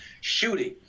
shooting